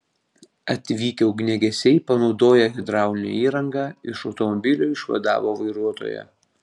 atvykę ugniagesiai panaudoję hidraulinę įrangą iš automobilio išvadavo vairuotoją